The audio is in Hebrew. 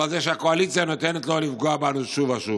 על זה שהקואליציה נותנת לו לפגוע בנו שוב ושוב.